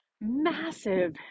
massive